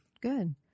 Good